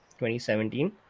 2017